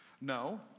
No